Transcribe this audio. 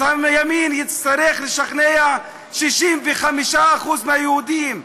אז הימין יצטרך לשכנע 65% מהיהודים.